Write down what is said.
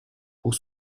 pour